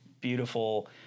beautiful